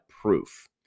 proof